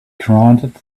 granted